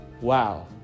Wow